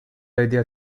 idea